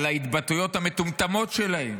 את ההתבטאויות המטומטמות שלהם